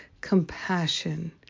compassion